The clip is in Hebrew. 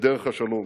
לבין דרך השלום.